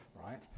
right